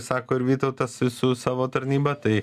sako ir vytautas su savo tarnyba tai